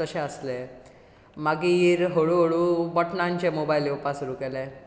तशें आसलें मागीर हळू हळू बटनाचे मोबायल येवपाक सुरू केले